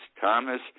Thomas